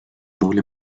doble